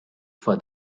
for